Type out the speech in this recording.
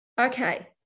okay